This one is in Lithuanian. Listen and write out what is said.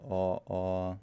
o o